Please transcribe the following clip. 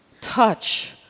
touch